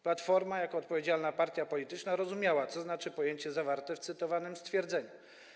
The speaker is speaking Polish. Platforma jako odpowiedzialna partia polityczna rozumiała, co znaczy pojęcie zawarte w cytowanym stwierdzeniu.